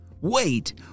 Wait